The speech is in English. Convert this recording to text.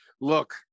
Look